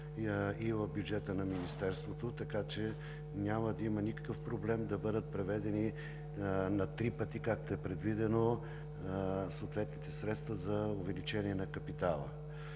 и в бюджета на Министерството. Така че няма да има никакъв проблем да бъдат преведени на три пъти, както е предвидено, съответните средства за увеличение на капитала.